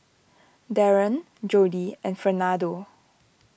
Daren Jodie and Fernando